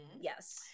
yes